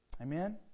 Amen